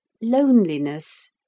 Loneliness